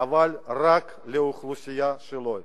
אבל רק לאוכלוסייה שלו.